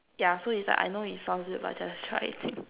yeah so is like I know it sounds weird but just try it